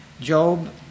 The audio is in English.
job